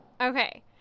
Okay